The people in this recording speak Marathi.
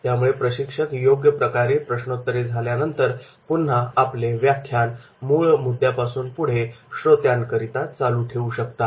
त्यामुळे प्रशिक्षक योग्यप्रकारे प्रश्नोत्तरे झाल्यानंतर पुन्हा आपले व्याख्यान मूळ मुद्द्यापासून पुढे श्रोत्यांकरीता चालू ठेवू शकतात